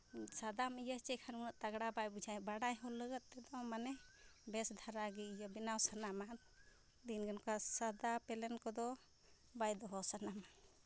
ᱥᱟᱫᱟᱢ ᱤᱭᱟᱹ ᱦᱚᱪᱚᱭ ᱠᱷᱟᱱ ᱩᱱᱟᱹᱜ ᱛᱟᱜᱽᱲᱟ ᱵᱟᱭ ᱵᱩᱡᱷᱟᱹᱜᱼᱟ ᱵᱟᱰᱟᱭ ᱦᱚᱲ ᱞᱟᱹᱜᱤᱫ ᱛᱮᱫᱚ ᱢᱟᱱᱮ ᱵᱮᱥ ᱫᱷᱟᱨᱟᱜᱮ ᱤᱭᱟᱹ ᱵᱮᱱᱟᱣ ᱥᱟᱱᱟᱢᱟ ᱫᱤᱱᱜᱮ ᱚᱱᱠᱟ ᱥᱟᱫᱟ ᱯᱞᱮᱹᱱ ᱠᱚᱫᱚ ᱵᱟᱭ ᱫᱚᱦᱚ ᱥᱟᱱᱟᱦᱟ